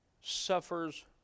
suffers